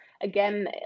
again